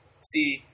See